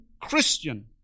Christian